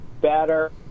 better